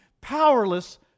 powerless